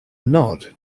nod